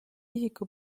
isiku